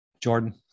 Jordan